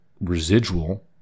residual